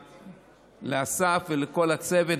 לאסף ולכל הצוות,